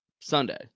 Sunday